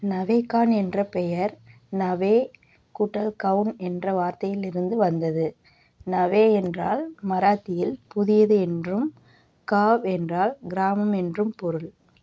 நவேகான் என்ற பெயர் நவே கூட்டல் கௌன் என்ற வார்த்தையிலிருந்து வந்தது நவே என்றால் மராத்தியில் புதியது என்றும் காவ் என்றால் கிராமம் என்றும் பொருள்